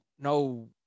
no